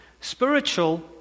Spiritual